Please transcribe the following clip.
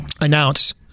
announce